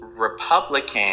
Republican